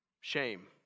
shame